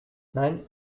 nein